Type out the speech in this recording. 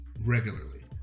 Regularly